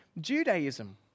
Judaism